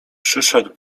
przyszedł